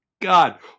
God